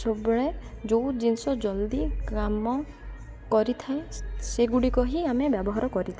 ସବୁବେଳେ ଯୋଉ ଜିନିଷ ଜଲ୍ଦି କାମ କରିଥାଏ ସେଗୁଡ଼ିକ ହିଁ ଆମେ ବ୍ୟବହାର କରିଥାଉ